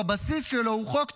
בבסיס שלו הוא חוק טוב,